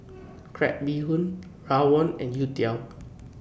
Crab Bee Hoon Rawon and Youtiao